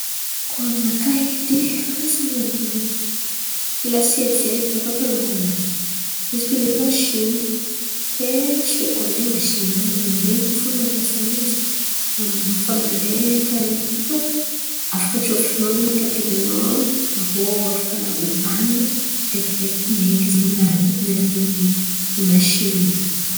Koa aminakà edy fanasan̈a lasety ze baka fa an̈aranany izy fo zen̈y masìny. Ke tsy haiko amizay na masìny olombelon̈o fo mampiasa izy na fa mandeha karà in̈y fo. Fa afaka atsofotro-nô zen̈y kapila-nô aviô afaka hombanina direkity maiky zen̈y raha io amin’ny alalan’ny masiny io.